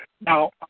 now